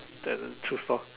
then choose lor